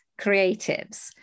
creatives